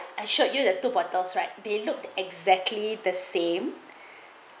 I showed you the two bottles right they looked exactly the same